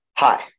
Hi